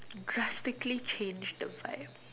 drastically change the vibe